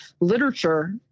literature